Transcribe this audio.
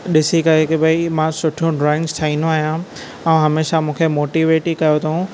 ॾिसी करे कि भई मां सुठो ड्रॉइंग्स ठाहींदो आहियां ऐं हमेशह मूंखे मोटीवेट ई कयो अथऊं